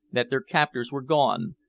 that their captors were gone,